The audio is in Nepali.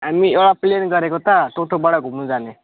हामी एउटा प्लान गरेको त टोटोपाडा घुम्नु जाने